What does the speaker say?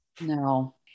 No